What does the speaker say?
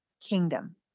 kingdom